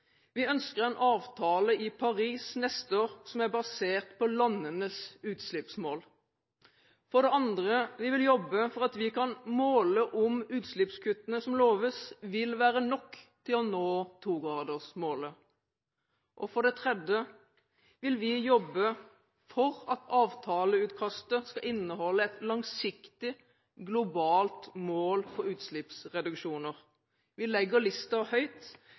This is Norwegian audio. Vi ønsker en avtale i Paris neste år som er basert på landenes utslippsmål. For det andre: Vi vil jobbe for at vi kan måle om utslippskuttene som loves, vil være nok til å nå 2-gradersmålet. For det tredje vil vi jobbe for at avtaleutkastet skal inneholde et langsiktig, globalt mål for utslippsreduksjoner. Vi legger lista høyt.